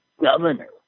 governor